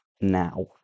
now